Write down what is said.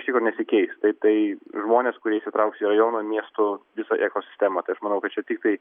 iš tikro nesikeis tai tai žmonės kurie įsitrauks į rajono miestų visą ekosistemą tai aš manau kad čia tiktai